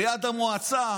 ליד המועצה,